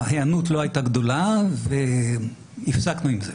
ההיענות לא הייתה גדולה והפסקנו עם זה.